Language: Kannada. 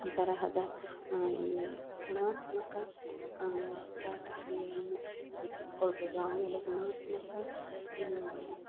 ತರಹದ ಈ ಗುಣಾತ್ಮಕ ಉಸಿರಾಟ ಕ್ರಿಯೆಯನ್ನು ಹೆಚ್ಚಿಸಿಕೊಳ್ಬೋದು ಆಮೇಲೆ ಗುಣಾತ್ಮಕ